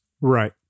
Right